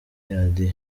radiyo